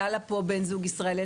היה לה פה בן זוג ישראלי.